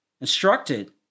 instructed